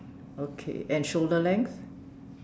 okay and shoulder length